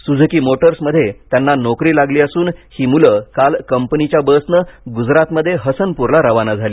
Suzuki Motors मध्ये त्यांना नोकरी लागली असून ही मुलं काल कंपनीच्या बसनं गुजरातमध्ये हसनपूरला रवाना झाली